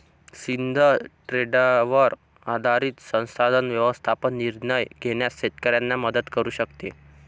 सिद्ध ट्रेंडवर आधारित संसाधन व्यवस्थापन निर्णय घेण्यास शेतकऱ्यांना मदत करू शकते